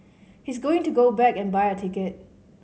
he's going to go back and buy a ticket